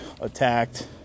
attacked